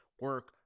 Work